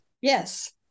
Yes